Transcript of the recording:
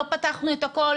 לא פתחנו את הכול,